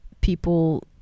people